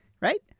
right